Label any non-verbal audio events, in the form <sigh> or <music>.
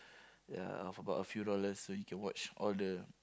<breath> ya for about a few dollars so you can watch all the